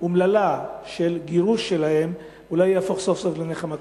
אומללה של הגירוש שלהם אולי תהפוך סוף-סוף לנחמה קטנה.